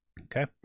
Okay